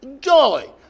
joy